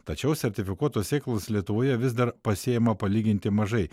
tačiau sertifikuotos sėklos lietuvoje vis dar pasėjama palyginti mažai